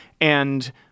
And-